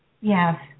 Yes